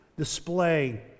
Display